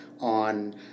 on